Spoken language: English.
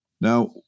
Now